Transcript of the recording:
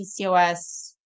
PCOS